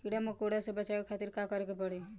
कीड़ा मकोड़ा से बचावे खातिर का करे के पड़ी?